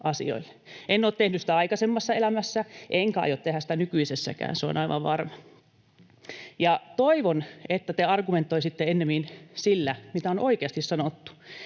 En ole tehnyt sitä aikaisemmassa elämässä, enkä aio tehdä sitä nykyisessäkään, se on aivan varma. Toivon, että te argumentoisitte ennemmin sillä, mitä on oikeasti sanottu,